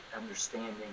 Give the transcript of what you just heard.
understanding